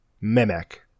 Mimic